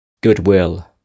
Goodwill